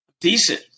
Decent